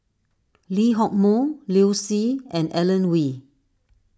Lee Hock Moh Liu Si and Alan Oei